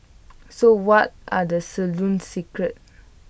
so what are the salon's secrets